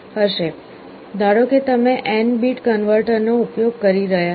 ધારો કે તમે n બીટ કન્વર્ટરનો ઉપયોગ કરી રહ્યાં છો